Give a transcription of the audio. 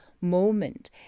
moment